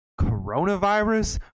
coronavirus